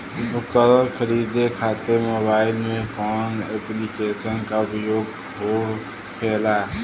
उपकरण खरीदे खाते मोबाइल में कौन ऐप्लिकेशन का उपयोग होखेला?